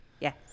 Yes